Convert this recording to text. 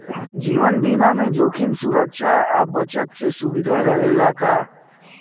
जीवन बीमा में जोखिम सुरक्षा आ बचत के सुविधा रहेला का?